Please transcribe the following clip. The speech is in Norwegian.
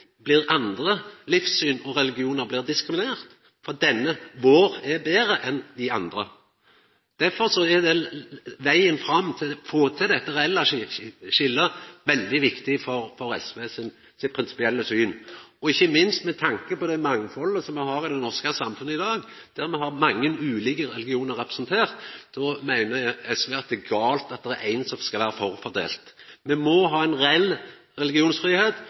livssyn og religionar blir diskriminerte, for vår er betre enn dei andre. Derfor er vegen fram mot å få til dette reelle skiljet veldig viktig for SV sitt prinsipielle syn, ikkje minst med tanke på det mangfaldet me har i det norske samfunnet i dag, der me har mange ulike religionar representerte. Då meiner SV det er galt at det er ein som skal vera forfordelt. Me må ha ein